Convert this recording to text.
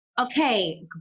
okay